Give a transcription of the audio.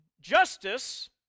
Justice